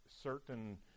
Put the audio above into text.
certain